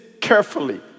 carefully